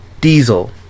diesel